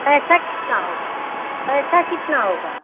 पैसा कितना होगा पैसा कितना होगा